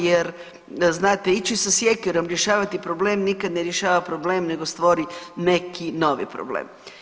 Jer znate ići sa sjekirom rješavati problem nikad ne rješava problem nego stvori neki novi problem.